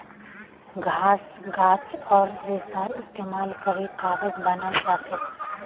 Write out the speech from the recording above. घास गाछ आर रेशार इस्तेमाल करे कागज बनाल जाछेक